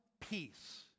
peace